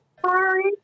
Sorry